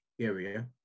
area